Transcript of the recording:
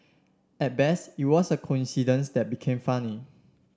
at best it was a coincidence that became funny